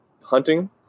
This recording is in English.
hunting